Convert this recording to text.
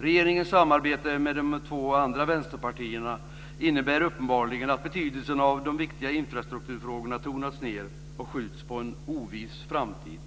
Regeringens samarbete med de två andra vänsterpartierna innebär uppenbarligen att betydelsen av de viktiga infrastrukturfrågorna tonats ned och att de skjuts på en oviss framtid.